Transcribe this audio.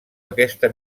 aquesta